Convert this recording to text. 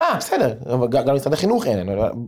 אה, בסדר, אבל גם לצד החינוך אין, אני רואה...